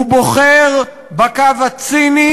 הוא בוחר בקו הציני,